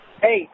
Hey